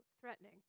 threatening